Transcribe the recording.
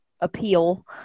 appeal